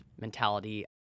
mentality